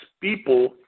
people